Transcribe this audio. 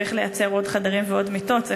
צריך לייצר עוד חדרים ועוד מיטות,